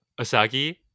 Asagi